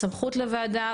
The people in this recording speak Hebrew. זאת סמכות לוועדה,